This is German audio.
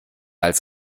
als